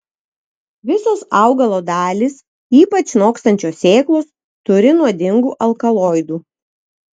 visos augalo dalys ypač nokstančios sėklos turi nuodingų alkaloidų